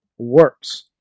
Works